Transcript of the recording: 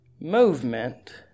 movement